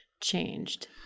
changed